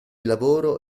lavoro